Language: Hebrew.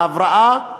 הבראה,